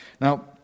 Now